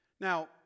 Now